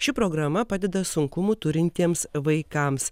ši programa padeda sunkumų turintiems vaikams